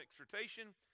exhortation